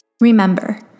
Remember